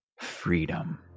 freedom